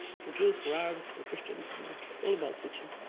for jews, for arabs, for christians, i mean, it's all about fiction.